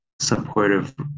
supportive